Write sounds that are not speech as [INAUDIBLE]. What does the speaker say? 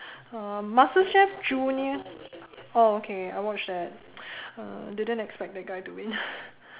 um masterchef junior oh okay I watched that I didn't expect the guy to win [LAUGHS]